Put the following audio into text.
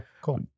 cool